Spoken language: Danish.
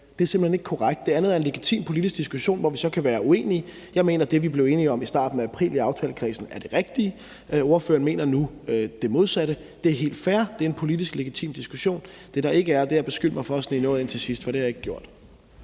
Det er simpelt hen ikke korrekt. Det andet er en legitim politisk diskussion, hvor vi så kan være uenige. Jeg mener, at det, vi blev enige om i aftalekredsen i starten af april, er det rigtige. Ordføreren mener nu det modsatte. Det er helt fair. Det er en legitim politisk diskussion; det, der ikke er det, er at beskylde mig for at snige noget ind til sidst, for det har jeg ikke gjort.